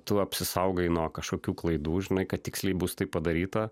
tu apsisaugai nuo kažkokių klaidų žinai kad tiksliai bus taip padaryta